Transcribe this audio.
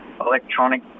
electronic